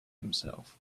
himself